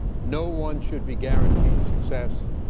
no one should be guaranteed success,